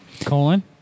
Colon